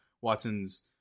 watson's